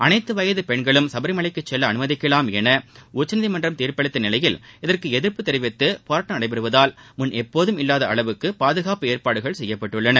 அனைத்து வயது பெண்களும் சுபரிமலைக்கு செல்ல அனுமதிக்கலாம் என உச்சநீதிமன்றம் தீர்ப்பளித்த நிலையில் இதற்கு எதி்ப்பு தெரிவித்து போராட்டம் நடைபெறுவதால் முன் எப்போதும் இல்லாத அளவுக்கு பாதுகாப்பு ஏற்பாடுகள் செய்யப்பட்டுள்ளன